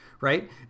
right